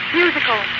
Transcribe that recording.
musical